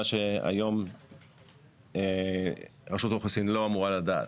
מה שהיום רשות האוכלוסין לא אמורה לדעת.